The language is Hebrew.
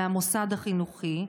מהמוסד החינוכי.